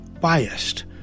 Biased